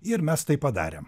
ir mes tai padarėm